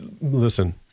Listen